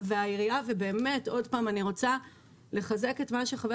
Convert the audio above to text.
והעירייה ובאמת עוד פעם אני רוצה לחזק את מה שחבר